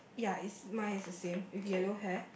ya is mine is the same with yellow hair